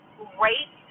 great